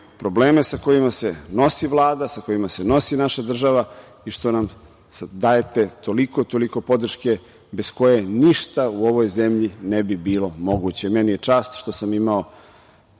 probleme sa kojima se nosi Vlada, sa kojima se nosi naša država, i što nam dajete, toliko podrške, bez koje ništa u ovoj zemlji ne bi bilo moguće. Meni je čast što sam imao